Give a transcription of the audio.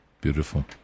Beautiful